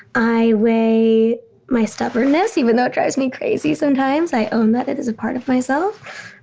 i weigh my stubbornness, even though drives me crazy sometimes. i own that it is a part of myself.